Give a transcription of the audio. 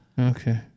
Okay